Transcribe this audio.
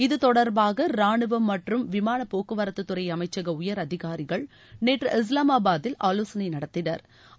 இத்தொடர்பாக ராணுவம் மற்றும் விமான போக்குவரத்துறை அமைச்சக உயர் அதிகாரிகள் நேற்று இஸ்லாமாபாதில் ஆலோசனை நடத்தினா்